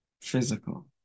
physical